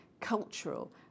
cultural